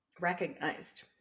recognized